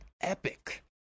epic